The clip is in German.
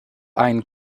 einen